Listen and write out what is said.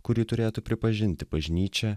kurį turėtų pripažinti bažnyčia